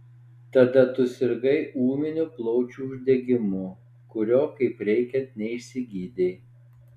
tada tu sirgai ūminiu plaučių uždegimu kurio kaip reikiant neišsigydei